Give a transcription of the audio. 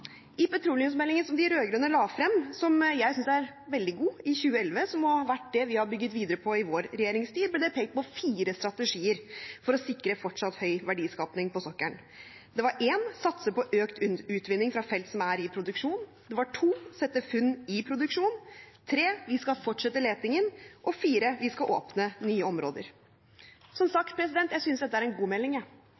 I petroleumsmeldingen, som de rød-grønne la frem i 2011, som jeg synes er veldig god, og som har vært den vi har bygd videre på i vår regjeringstid, ble det pekt på fire strategier for å sikre fortsatt høy verdiskaping på sokkelen. Det var å satse på økt utvinning fra felt som er i produksjon sette funn i produksjon